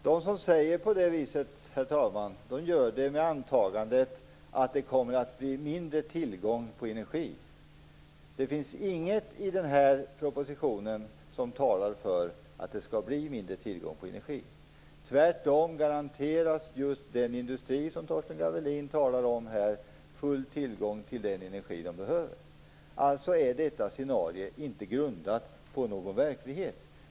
Herr talman! De som säger som Torsten Gavelin gör antagandet att tillgången på energi kommer att bli mindre. Det finns inget i propositionen som talar för det. Tvärtom garanteras den industri som Torsten Gavelin talar om full tillgång till den energi den behöver. Alltså är detta scenario inte grundat på någon verklighet.